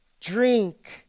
drink